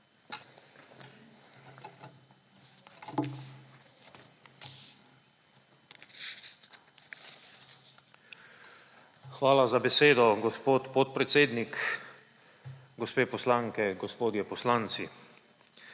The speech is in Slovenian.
Hvala za besedo, gospod podpredsednik. Gospe poslanke, gospodje poslanci!